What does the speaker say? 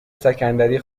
سکندری